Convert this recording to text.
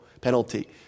penalty